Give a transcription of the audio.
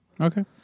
Okay